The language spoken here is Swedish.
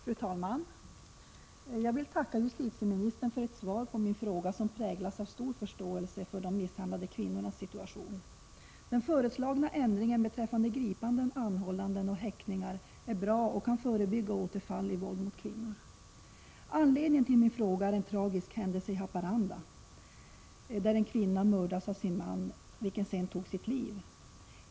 Fru talman! Jag vill tacka justitieministern för svaret på min fråga, ett svar som präglas av stor förståelse för de misshandlade kvinnornas situation. Den föreslagna ändringen beträffande gripanden, anhållanden och häktningar är bra och kan förebygga återfall i våld mot kvinnor. Anledningen till min fråga är en tragisk händelse i Haparanda, där en kvinna mördades av sin man, vilken sedan tog sitt liv.